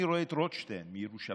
אני רואה את רוטשטיין מירושלים,